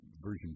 version